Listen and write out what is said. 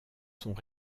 sont